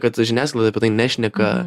kad žiniasklaida apie tai nešneka